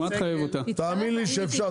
תאמין לי שאפשר.